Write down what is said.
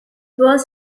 was